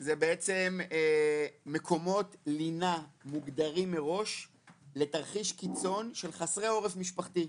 זה מקומות לינה מוגדרים מראש לתרחיש קיצון של חסרי עורף משפחתי.